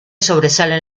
sobresalen